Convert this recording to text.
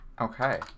okay